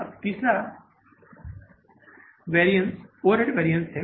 अब तीसरा variance overhead variance है